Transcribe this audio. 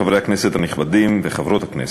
חברי הכנסת הנכבדים וחברות הכנסת,